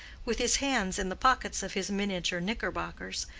with his hands in the pockets of his miniature knickerbockers,